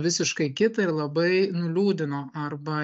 visiškai kitą ir labai nuliūdino arba